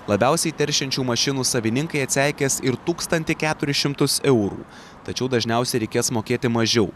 labiausiai teršiančių mašinų savininkai atseikės ir tūkstantį keturis šimtus eurų tačiau dažniausiai reikės mokėti mažiau